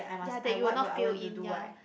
ya that you will not fail in ya